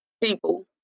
people